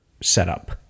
setup